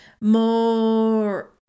more